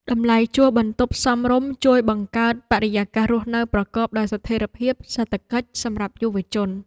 តម្លៃជួលបន្ទប់សមរម្យជួយបង្កើតបរិយាកាសរស់នៅប្រកបដោយស្ថិរភាពសេដ្ឋកិច្ចសម្រាប់យុវជន។